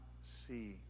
see